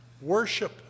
worship